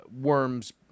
Worms